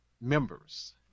members